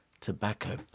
Tobacco